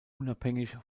unabhängig